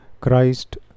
Christ